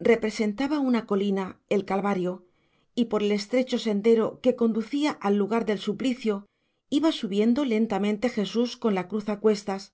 representaba una colina el calvario y por el estrecho sendero que conducía al lugar del suplicio iba subiendo lentamente jesús con la cruz a cuestas